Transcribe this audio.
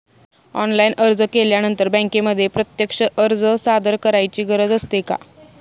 Online अर्ज केल्यानंतर बँकेमध्ये प्रत्यक्ष अर्ज सादर करायची गरज असते का?